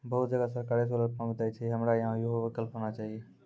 बहुत जगह सरकारे सोलर पम्प देय छैय, हमरा यहाँ उहो विकल्प होना चाहिए?